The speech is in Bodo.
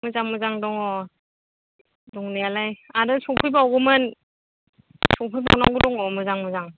मोजां मोजां दङ दंनायालाय आरो सफैबावगौमोन सफैबावनांगौ दङ मोजां मोजां